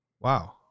Wow